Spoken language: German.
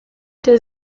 der